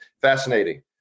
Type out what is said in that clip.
fascinating